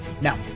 Now